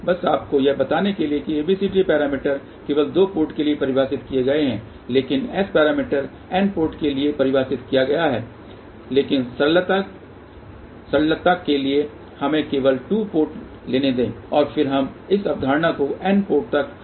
बस आपको यह बताने के लिए कि ABCD पैरामीटर केवल 2 पोर्ट के लिए परिभाषित किए गए हैं लेकिन S पैरामीटर n पोर्ट के लिए परिभाषित किया गया है लेकिन सरलता के लिए हमें केवल 2 पोर्ट लेने दें और फिर हम इस अवधारणा को n पोर्ट तक विस्तारित करेंगे